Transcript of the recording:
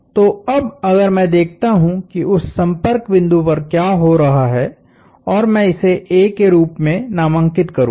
तो अब अगर मैं देखता हूं कि उस संपर्क बिंदु पर क्या हो रहा है और मैं इसे A के रूप में नामांकित करूंगा